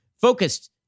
focused